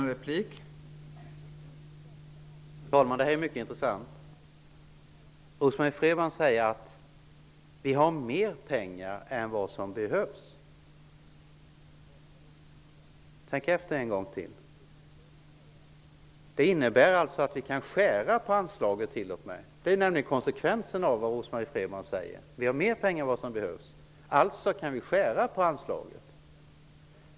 Fru talman! Det här är mycket intressant. Rose Marie Frebran säger att det finns mer pengar än vad som behövs. Tänk efter en gång till! Det innebär alltså att vi t.o.m. kan skära på anslaget. Det är nämligen konsekvensen av vad Rose-Marie Frebran säger. Det finns mer pengar än vad som behövs -- alltså kan vi skära på anslaget!